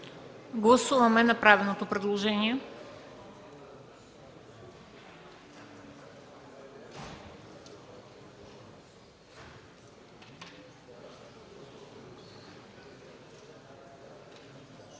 Гласуваме направеното предложение.